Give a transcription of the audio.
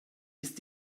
ist